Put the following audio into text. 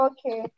Okay